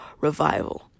revival